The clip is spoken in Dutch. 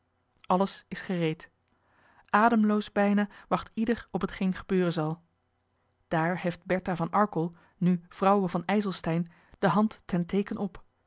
alles is gereed ademloos bijna wacht ieder op hetgeen gebeuren zal daar heft bertha van arkel nu vrouwe van ijselstein de hand ten teeken op